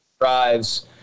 drives